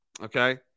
Okay